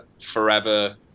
forever